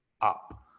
up